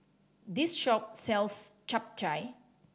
this shop sells Chap Chai